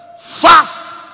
Fast